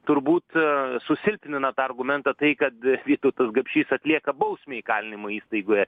turbūt susilpnina tą argumentą tai kad vytautas gapšys atlieka bausmę įkalinimo įstaigoje